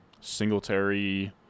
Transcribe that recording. Singletary